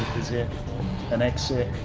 is it an exit, or?